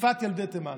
חטיפת ילדי תימן.